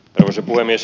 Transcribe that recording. arvoisa puhemies